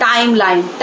Timeline